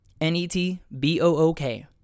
N-E-T-B-O-O-K